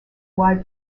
wide